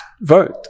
vote